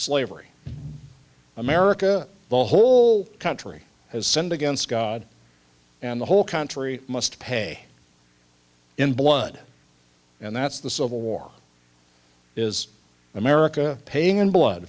slavery in america the whole country as sinned against god and the whole country must pay in blood and that's the civil war is america paying in blood